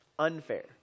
unfair